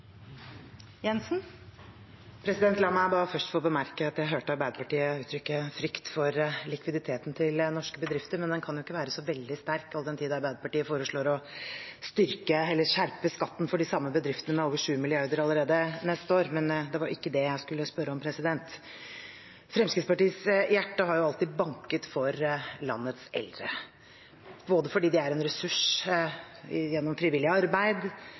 La meg først få bemerke at jeg hørte Arbeiderpartiet uttrykke frykt for likviditeten til norske bedrifter, men den kan jo ikke være så veldig sterk all den tid Arbeiderpartiet foreslår å skjerpe skatten for de samme bedriftene med over 7 mrd. kr allerede neste år. Men det var ikke det jeg skulle spørre om. Fremskrittspartiets hjerte har alltid banket for landets eldre. De er en ressurs gjennom frivillig arbeid,